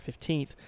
15th